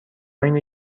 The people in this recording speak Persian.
اینه